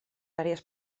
àrees